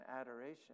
adoration